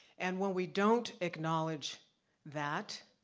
and when we don't acknowledge that,